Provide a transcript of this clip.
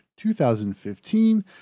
2015